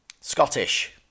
Scottish